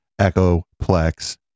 echoplex